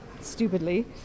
Stupidly